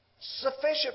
Sufficient